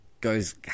goes